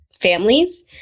families